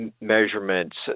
measurements